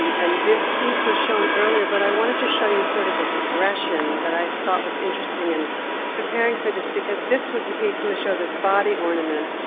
and this piece was shown earlier, but i wanted to show you sort of a progression that i thought was interesting in preparing for this, because this was the piece in the show, this body ornament,